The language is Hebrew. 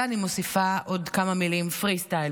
ואני מוסיפה עוד כמה מילים free style,